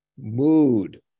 mood